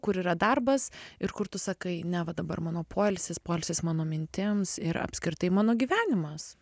kur yra darbas ir kur tu sakai ne va dabar mano poilsis poilsis mano mintims ir apskritai mano gyvenimas